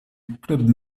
club